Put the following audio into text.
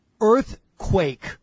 earthquake